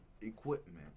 equipment